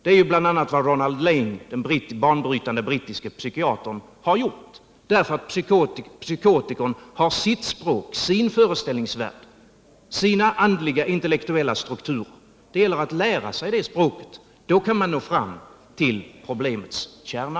Det är bl.a. vad Ronald Laing, den banbrytande brittiske barnpsykiatern, har gjort. Psykotikern har nämligen sitt språk, sin föreställningsvärld, sina andliga intellektuella strukturer. Det gäller att lära sig det språket. Då kan man nå fram till problemets kärna.